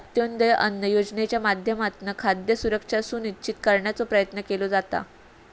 अंत्योदय अन्न योजनेच्या माध्यमातना खाद्य सुरक्षा सुनिश्चित करण्याचो प्रयत्न केलो जाता